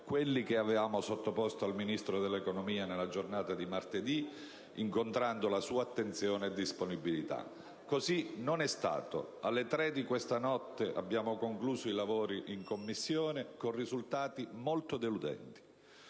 quelli che avevamo sottoposto al Ministro dell'economia nella giornata di martedì, incontrando la sua attenzione e disponibilità. Così non è stato. Alle tre di questa notte abbiamo concluso i lavori in Commissione con risultati molto deludenti.